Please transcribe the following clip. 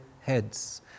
heads